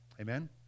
Amen